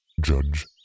Judge